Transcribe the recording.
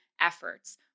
efforts